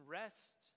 rest